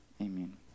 Amen